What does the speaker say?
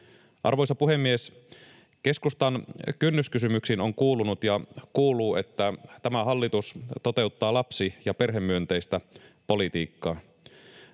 Arvoisa puhemies! Keskustan kynnyskysymyksiin on kuulunut ja kuuluu, että tämä hallitus toteuttaa lapsi- ja perhemyönteistä politiikkaa.